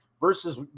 versus